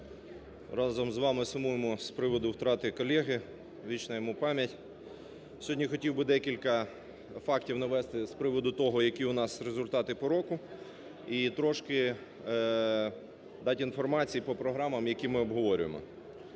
Разом з вами сумуємо з приводу втрати колеги. Вічна йому пам'ять. Сьогодні хотів би декілька фактів навести з приводу того, які у нас результати по року, і трошки дати інформації по програмам, які ми обговорюємо.